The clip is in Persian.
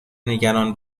نگران